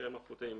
מכשירים אלחוטיים.